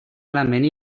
element